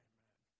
Amen